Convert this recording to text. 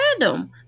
random